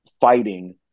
fighting